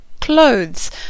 clothes